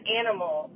animal